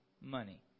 Money